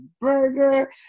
burger